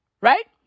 right